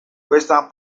western